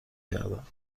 کردم